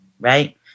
right